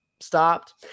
stopped